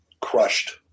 crushed